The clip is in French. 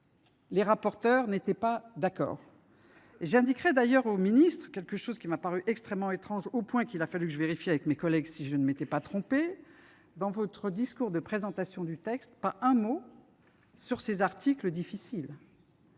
les rapporteurs n’étaient pas d’accord entre eux. J’indique d’ailleurs au ministre une chose qui m’a paru extrêmement étrange, au point qu’il a fallu que je vérifie auprès de mes collègues si je ne m’étais pas trompée : dans votre discours de présentation du texte, vous n’avez pas dit un mot sur ces articles difficiles.